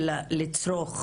לצרוך